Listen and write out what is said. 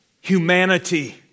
humanity